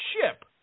ship